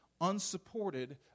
unsupported